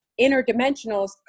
interdimensionals